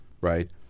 right